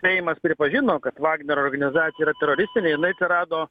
seimas pripažino kad vagner organizacija yra teroristinė jinai atsirado